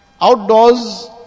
Outdoors